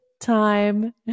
time